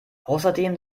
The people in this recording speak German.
außerdem